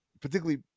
particularly